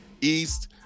East